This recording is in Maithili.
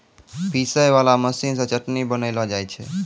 पीसै वाला मशीन से चटनी बनैलो जाय छै